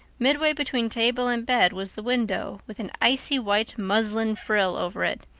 midway between table and bed was the window, with an icy white muslin frill over it,